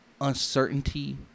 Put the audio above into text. uncertainty